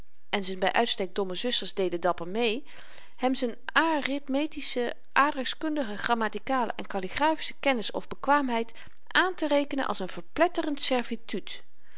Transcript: geworden en z'n by uitstek domme zusters deden dapper mee hem z'n arithmetische aardrykskundige grammatikale en kalligrafische kennis of bekwaamheid aanterekenen als n verpletterend